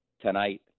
tonight